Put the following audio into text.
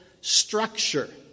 structure